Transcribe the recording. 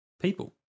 people